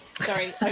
sorry